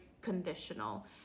conditional